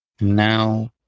Now